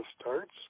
starts